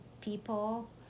people